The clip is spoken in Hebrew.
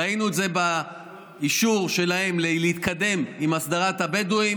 ראינו את זה באישור שלהם להתקדם עם הסדרת התיישבות הבדואים